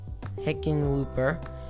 Hickenlooper